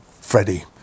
Freddie